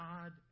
God